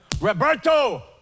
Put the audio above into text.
Roberto